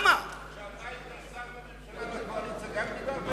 כשאתה היית שר בקואליציה גם דיברת ככה?